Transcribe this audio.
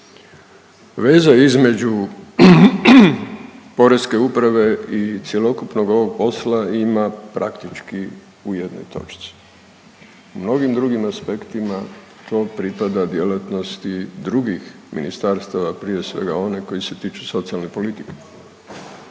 Veza između Porezne uprave i cjelokupnog ovog posla ima praktički u jednoj točci. U mnogim drugim aspektima to pripada djelatnosti drugih ministarstava prije svega onih koji se tiču socijalne politike.